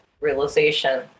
realization